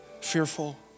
fearful